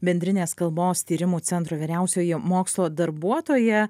bendrinės kalbos tyrimų centro vyriausioji mokslo darbuotoja